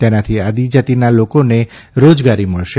તેનાથી આદિજિતિના લોકોને રોજગારી મળશે